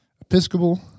Episcopal